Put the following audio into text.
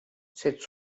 cette